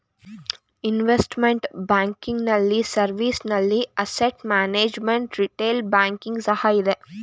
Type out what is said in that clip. investment banking ನಲ್ಲಿ service ನಲ್ಲಿ asset management, retail banking ಸಹ ಇದೆ